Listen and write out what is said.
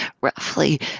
Roughly